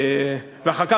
ואחר כך,